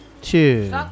Two